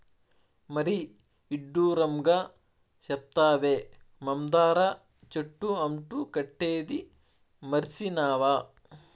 మరీ ఇడ్డూరంగా సెప్తావే, మందార చెట్టు అంటు కట్టేదీ మర్సినావా